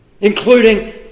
including